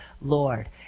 Lord